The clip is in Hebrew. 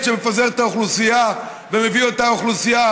שמפזר את האוכלוסייה ומביא את האוכלוסייה,